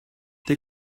they